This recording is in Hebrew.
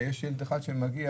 ויש ילד אחד שמגיע,